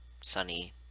sunny